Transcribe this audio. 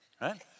right